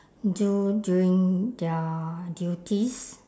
do during their duties